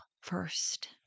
first